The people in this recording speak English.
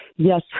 Yes